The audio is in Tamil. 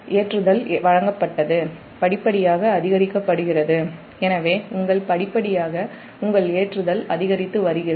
ஏற்றுதல் வழங்கப்பட்டது படிப்படியாக அதிகரிக்கப்படுகிறது